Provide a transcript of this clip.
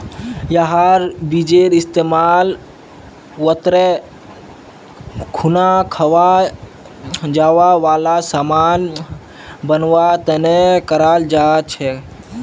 यहार बीजेर इस्तेमाल व्रतेर खुना खवा जावा वाला सामान बनवा तने कराल जा छे